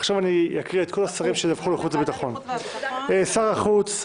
עכשיו אני אקריא את כל השרים שידווחו לוועדת חוץ וביטחון: שר החוץ,